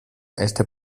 este